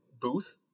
booth